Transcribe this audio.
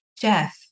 Jeff